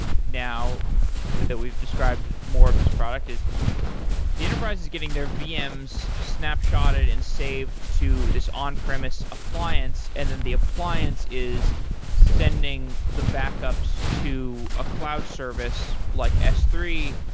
now that we've described more of this product, is the enterprise is getting their vms snapshotted and saved to this on-premise appliance, and then the appliance is sending the backups to a cloud service, like s three,